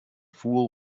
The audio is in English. fool